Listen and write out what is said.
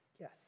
Yes